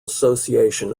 association